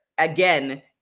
Again